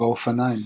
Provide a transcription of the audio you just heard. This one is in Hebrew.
באופניים